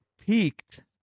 peaked